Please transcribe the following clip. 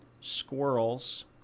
squirrels